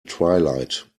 twilight